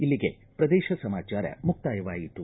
ಇಲ್ಲಿಗೆ ಪ್ರದೇಶ ಸಮಾಚಾರ ಮುಕ್ತಾಯವಾಯಿತು